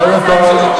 קודם כול,